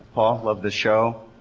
paul, love the show.